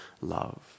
love